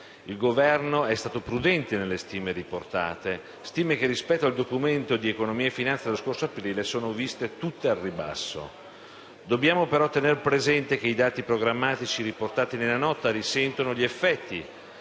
il Governo è stato prudente nelle stime riportate, stime che rispetto al Documento di economia e finanza dello scorso aprile sono viste tutte al ribasso. Dobbiamo però tenere presente che i dati programmatici riportati nella Nota risentono degli effetti